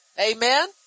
Amen